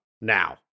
now